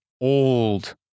old